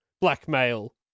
blackmail